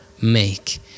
make